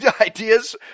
Ideas